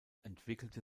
entwickelte